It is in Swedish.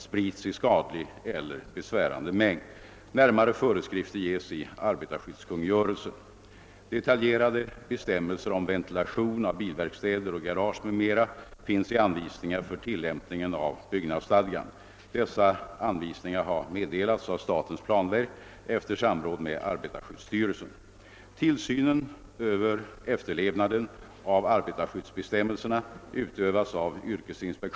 sprids i skadlig eller besvärande mängd. Närmare föreskrifter ges i arbetarskyddskungörelsen. Detaljerade bestämmelser om ventilation av bilverkstäder och garage m.m. finns i anvisningar för tillämpningen av byggnadsstadgan. Dessa anvisningar har meddelats av statens planverk efter samråd med arbetarskyddsstyrelsen.